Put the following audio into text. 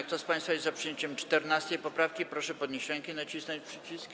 Kto z państwa jest za przyjęciem 14. poprawki, proszę podnieść rękę i nacisnąć przycisk.